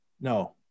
no